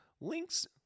links